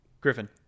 Griffin